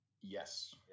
Yes